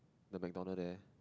the McDonalds there